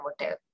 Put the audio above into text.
motel